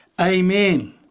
Amen